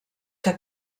que